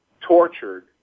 tortured